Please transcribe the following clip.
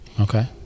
okay